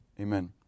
amen